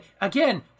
again